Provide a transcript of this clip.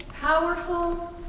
powerful